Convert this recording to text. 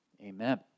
amen